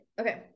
Okay